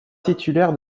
titulaire